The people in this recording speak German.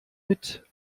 mit